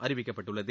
அறிவிக்கப்பட்டுள்ளது